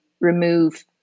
remove